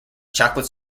chocolate